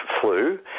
flu